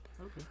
okay